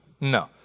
no